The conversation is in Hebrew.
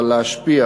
אבל להשפיע,